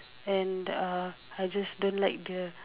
and uh I just don't like the